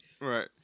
Right